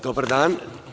Dobar dan.